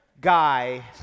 guy